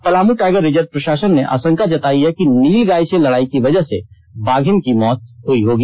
Palamu tiger reserve प्रशासन ने आशंका जतायी है कि नीलगाय से लड़ाई की वजह से बाधिन की मौत हुई होगी